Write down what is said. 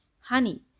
Honey